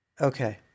Okay